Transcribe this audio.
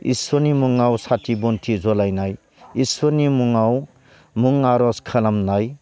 इसोरनि मुङाव साथि बनथि जलायनाय इसोरनि मुङाव मुं आर'ज खालामनाय